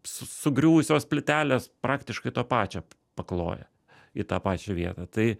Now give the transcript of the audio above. sugriuvusios plytelės praktiškai to pačio pakloja į tą pačią vietą tai